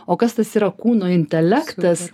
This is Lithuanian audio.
o kas tas yra kūno intelektas